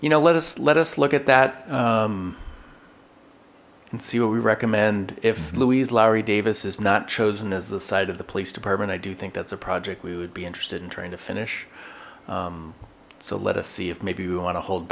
you know let us let us look at that and see what we recommend if louise lowry davis is not chosen as the site of the police department i do think that's a project we would be interested in trying to finish so let us see if maybe we want to hold